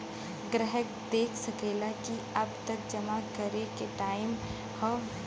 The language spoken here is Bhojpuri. ग्राहक देख सकेला कि कब तक जमा करे के टाइम हौ